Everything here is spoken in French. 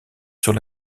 sur